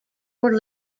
were